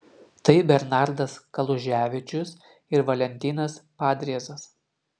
tai bernardas kaluževičius ir valentinas padriezas